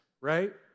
right